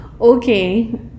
okay